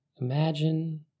Imagine